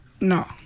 No